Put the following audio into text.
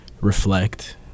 reflect